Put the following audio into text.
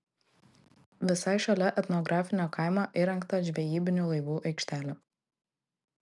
visai šalia etnografinio kaimo įrengta žvejybinių laivų aikštelė